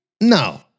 no